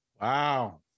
wow